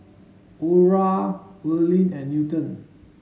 Audra Earline and Newton